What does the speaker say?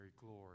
glory